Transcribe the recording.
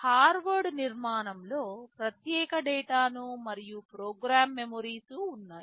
Harvard నిర్మాణంలో ప్రత్యేక data మరియు ప్రోగ్రామ్ మెమోరీస్ ఉన్నాయి